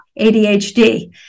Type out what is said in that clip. ADHD